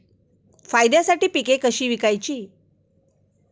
फायद्यासाठी पिके कशी विकायची?